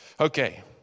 Okay